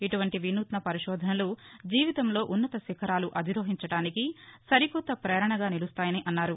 ఇటుపంటీ వినూత్న పరిశోధనలు జీవితంలో ఉన్నత శిఖరాలు అధిరోహించడానికి సరికొత్త పేరణగా నిలుస్తాయని అన్నారు